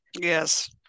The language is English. Yes